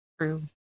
true